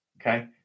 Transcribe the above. Okay